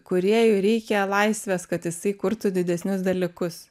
kūrėjui reikia laisvės kad jisai kurtų didesnius dalykus